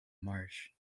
marsh